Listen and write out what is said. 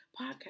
podcast